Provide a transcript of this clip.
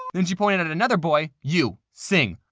then she pointed at another boy, you, sing.